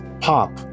pop